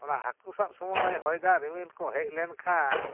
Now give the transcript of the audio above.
ᱚᱱᱟ ᱦᱟᱠᱳ ᱥᱟᱵ ᱥᱚᱢᱚᱭ ᱦᱚᱭ ᱫᱟᱜ ᱨᱤᱢᱤᱞ ᱠᱚ ᱦᱮᱡ ᱞᱮᱱᱠᱷᱟᱱ